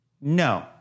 No